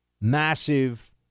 massive